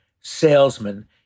salesman